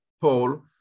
Paul